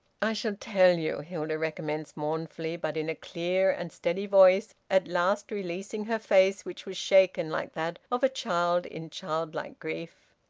i shall tell you, hilda recommenced mournfully, but in a clear and steady voice, at last releasing her face, which was shaken like that of a child in childlike grief.